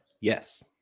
Yes